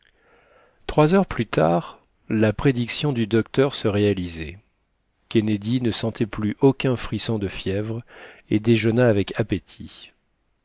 trois heures plus tard la prédiction du docteur se réalisait kennedy ne sentait plus aucun frisson de fièvre et déjeuna avec appétit